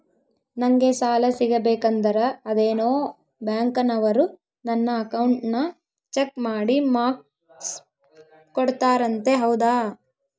ನಂಗೆ ಸಾಲ ಸಿಗಬೇಕಂದರ ಅದೇನೋ ಬ್ಯಾಂಕನವರು ನನ್ನ ಅಕೌಂಟನ್ನ ಚೆಕ್ ಮಾಡಿ ಮಾರ್ಕ್ಸ್ ಕೊಡ್ತಾರಂತೆ ಹೌದಾ?